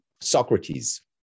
Socrates